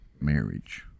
marriage